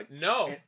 No